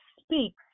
speaks